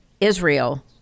Israel